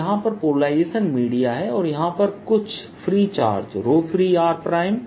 तो यहां पर पोलराइजेशन मीडिया है और यहां पर कुछ फ्रीचार्ज freer हैं